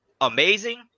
amazing